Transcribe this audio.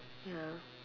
ya